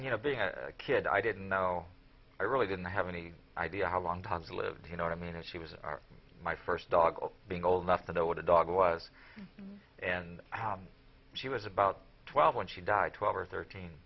you know being a kid i didn't know i really didn't have any idea how long times lived you know what i mean and she was our my first dog being old enough to know what a dog was and she was about twelve when she died twelve or thirteen